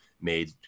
made